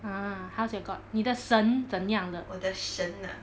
!huh! how's your god 你的神怎样了